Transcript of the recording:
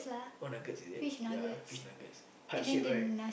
what nuggets is it ya fish nuggets heart shape right